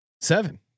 Seven